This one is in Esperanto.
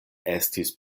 estis